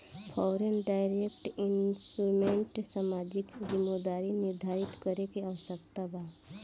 foreign direct investment में सामाजिक जिम्मेदारी निरधारित करे के आवस्यकता बा